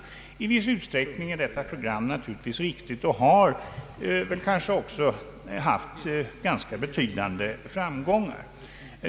I viss utsträckning är detta program naturligtvis riktigt och har kanske också haft ganska betydande framgångar.